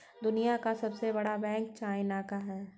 दुनिया का सबसे बड़ा बैंक चाइना का है